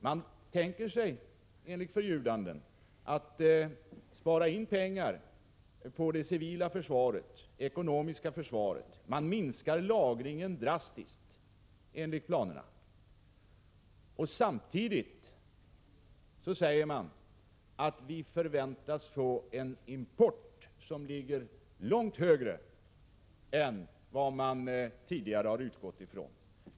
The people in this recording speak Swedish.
Enligt förljudande tänker man sig att spara in pengar på det civila försvaret och det ekonomiska försvaret — man minskar lagringen drastiskt enligt planerna. Samtidigt säger man att vi förväntas få en import som ligger långt högre än vad man tidigare har utgått från.